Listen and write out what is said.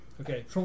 okay